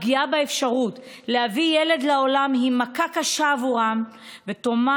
הפגיעה באפשרות להביא ילד לעולם היא מכה קשה עבורן וטומנת